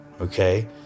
okay